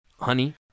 Honey